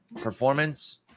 performance